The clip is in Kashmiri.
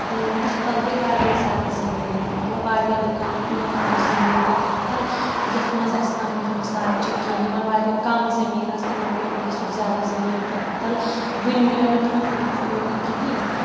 تَتھ تل گٔیے واریاہ زیادٕ زٔمیٖن مطلب واریاہ لُکن زٔمیٖن گٔیے تَتھ تل یَتھ منٛز اَسہِ پَنٕنۍ ہمسایہِ چھِ کہِ یِمن واریاہ کَم زٔمیٖن ٲس تِمن گٔیے نیصٕف زیادٕ زٔمیٖن تٔتھۍ تل ؤنۍ مِلیو نہٕ تِمن تَمیُک فٲیدٕ کِہینۍ